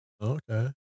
okay